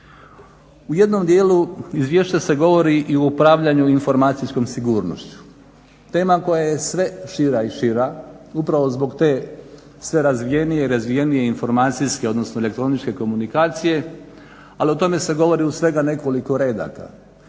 U jednom dijelu izvješća se govori i o upravljanju informacijskom sigurnošću. Tema koja je sve šira i šira upravo zbog te sve razvijenije i razvijenije informacijske, odnosno elektroničke komunikacije, ali o tome se govori u svega nekoliko redaka.